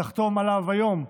תחתום עליו היום,